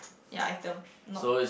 ya item not